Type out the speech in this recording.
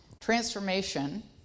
transformation